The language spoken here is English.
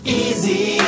easy